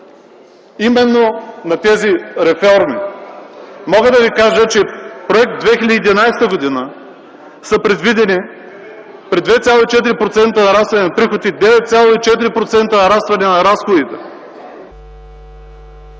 именно на тези реформи. Мога да ви кажа, че в Проект 2011 г. са предвидени при 2,4% нарастване на приходите 9,4% нарастване на разходите.